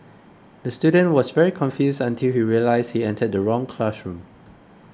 the student was very confused until he realised he entered the wrong classroom